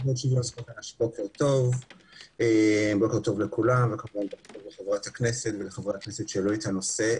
בוקר טוב לכולם ולחברי הכנסת שהעלו את הנושא.